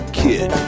kid